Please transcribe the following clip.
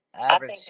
average